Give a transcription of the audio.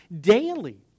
daily